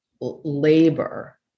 labor